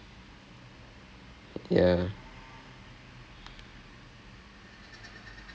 band இல்லையா:illaiyaa err apparently there are some really talented freshies ah band லே:le